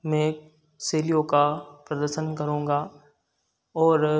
में शैलियों का प्रदर्शन करूँगा और